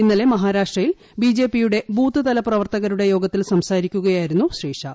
ഇന്നലെ മഹാരാഷ്ട്രയിൽ B J പിയുടെ ബൂത്ത്തല പ്രവർത്തകരുടെ യോഗത്തിൽ സംസാരിക്കുകയായിരുന്നു ശ്രീ ഷാ